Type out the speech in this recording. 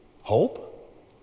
Hope